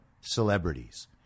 celebrities